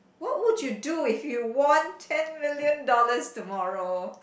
what would you do if you won ten million dollars tomorrow